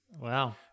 Wow